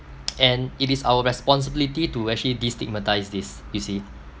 and it is our responsibility to actually destigmatise this you see